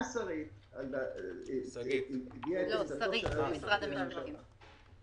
שרית הביעה את עמדתו של היועץ המשפטי של הממשלה,